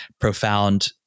profound